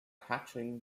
hatching